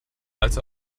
als